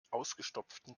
ausgestopften